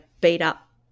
beat-up